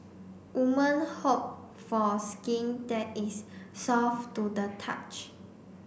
women hope for skin that is soft to the touch